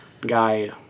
guy